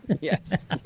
Yes